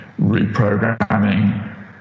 reprogramming